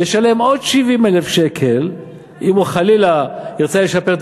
ישלם עוד 70,000 שקל אם הוא חלילה ירצה לשפר,